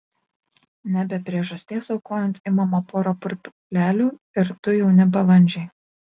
ne be priežasties aukojant imama pora purplelių ir du jauni balandžiai